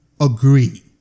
agree